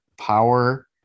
power